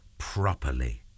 properly